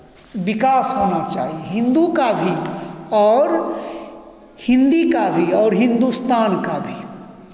विकास होना चाहिए हिन्दू का भी और हिन्दी का भी और हिंदुस्तान का भी